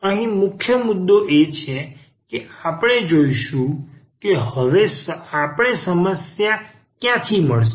અહીં મુખ્ય મુદ્દો એ છે કે આપણે જોઇશું કે હવે આપણે સમસ્યા ક્યાંથી મળશે